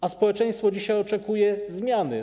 A społeczeństwo dzisiaj oczekuje zmiany.